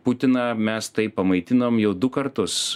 putiną mes taip pamaitinom jau du kartus